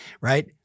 Right